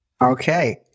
Okay